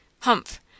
Humph